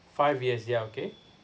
five years yeah okay